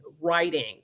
writing